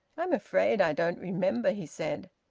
i'm afraid i don't remember, he said.